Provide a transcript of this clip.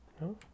No